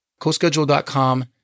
CoSchedule.com